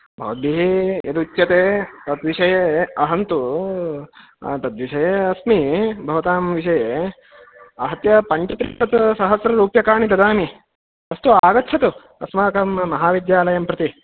भवद्भिः यदुच्यते तद्विषये अहं तु तद्विषये अस्मि भवतां विषये आहत्य पञ्चत्रिंशत्सहस्र रूप्यकाणि ददामि अस्तु आगच्छतु अस्माकं महाविद्यालयं प्रति